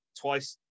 twice